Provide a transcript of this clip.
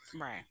Right